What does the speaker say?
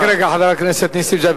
רק רגע, חבר הכנסת נסים זאב.